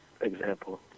example